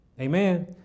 Amen